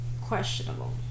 questionable